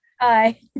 Hi